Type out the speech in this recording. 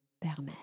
permettre